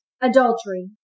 Adultery